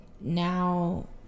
now